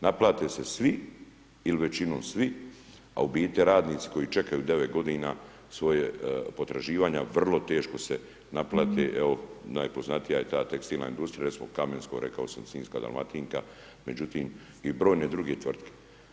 Naplate se svi ili većinom svi, a u biti radnici koji čekaju devet godina, svoja potraživanja, vrlo teško se naplate, evo najpoznatija je ta tekstilna industrija, recimo Kamensko, rekao sam sinjska Dalmatinka, međutim i brojne druge tvrtke.